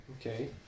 Okay